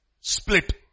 split